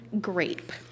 grape